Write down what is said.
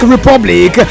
Republic